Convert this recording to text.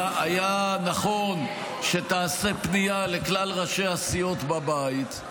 היה נכון שתעשה פנייה לכלל ראשי הסיעות בבית,